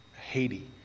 Haiti